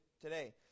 today